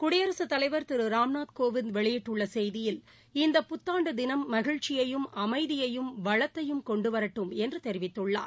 குடியரசுத் தலைவர் திரு ராம்நாத் கோவிந்த் வெளியிட்டுள்ள செய்தியில் இந்த புத்தாண்டு தினம் மகிழ்ச்சியையும் அமைதியையும் வளத்தையும் கொண்டுவரட்டும் என்று தெரிவித்துள்ளார்